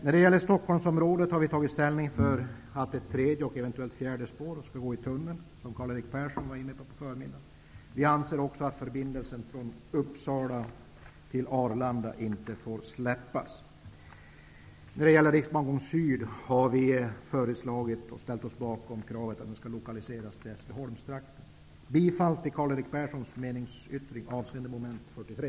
När det gäller Stockholmsområdet har vi tagit ställning för att ett tredje och eventuellt fjärde spår skall gå i tunnel. Detta tog Karl-Erik Persson upp i förmiddags. Vi anser också att förbindelsen mellan Vi har ställt oss bakom kravet att Riksbangård Syd skall lokaliseras till Hässleholmstrakten. Jag yrkar bifall till Karl-Erik Perssons meningsyttring avseende mom. 43.